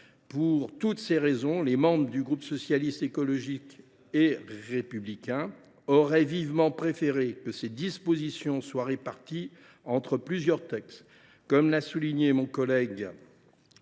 Pour toutes ces raisons, les membres du groupe Socialiste, Écologiste et Républicain auraient vivement préféré que ces dispositions soient réparties entre plusieurs textes. Comme l’a souligné mon collègue